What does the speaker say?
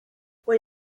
what